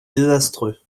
désastreux